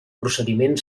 procediment